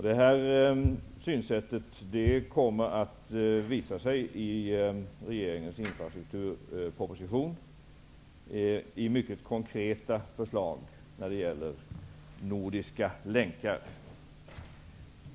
Det här synsättet kommer att visa sig också i regeringens infrastrukturproposition i mycket konkreta förslag när det gäller nordiska länkar.